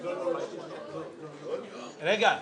רגע, רגע.